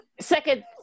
second